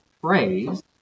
phrase